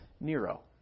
Nero